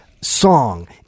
song